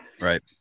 Right